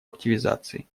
активизации